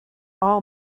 all